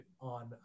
on